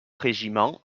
régiments